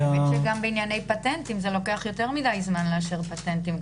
האמת שגם בענייני פטנטים זה לוקח יותר מדי זמן לאשר פטנטים.